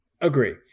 Agree